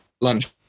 lunch